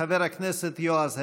חבר הכנסת יועז הנדל,